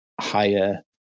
higher